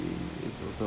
is also